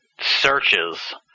searches